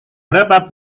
berapa